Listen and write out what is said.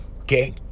okay